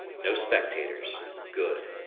no spectators. good.